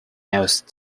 else